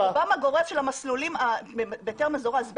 ברובם הגורף של המסלולים בהיתר מזורז ב',